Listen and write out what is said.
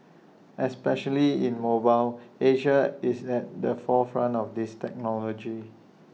especially in mobile Asia is at the forefront of this technology